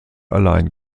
allein